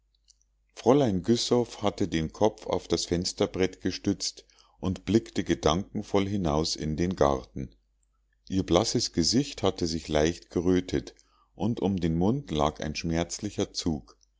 fräulein güssow hatte den kopf auf das fensterbrett gestützt und blickte gedankenvoll hinaus in den garten ihr blasses gesicht hatte sich leicht gerötet und um den mund lag ein schmerzlicher zug